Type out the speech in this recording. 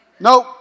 Nope